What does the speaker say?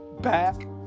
back